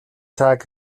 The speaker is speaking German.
tag